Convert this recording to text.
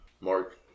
Mark